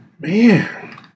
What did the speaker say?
Man